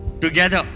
together